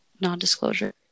non-disclosure